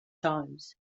times